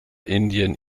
indien